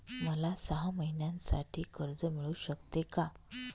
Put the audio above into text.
मला सहा महिन्यांसाठी कर्ज मिळू शकते का?